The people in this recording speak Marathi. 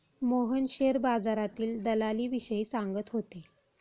मोहन शेअर बाजारातील दलालीविषयी सांगत होते